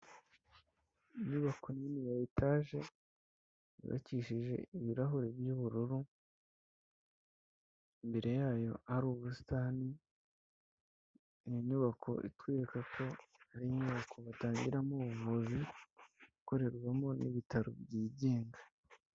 Inyubako nini ya etage yubakishije ibirahuri by'ubururu, imbere yayo hari ubusitani ni inyubako itwereka ko ari inyubako batangira mo ubuvuzi ikorerwamo n'ibitaro byigenga.